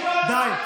די.